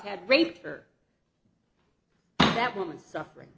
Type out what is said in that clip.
had raped her that woman suffering